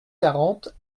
quarante